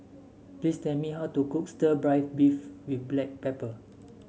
please tell me how to cook Stir Fried Beef with Black Pepper